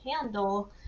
handle